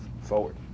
forward